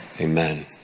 Amen